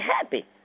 happy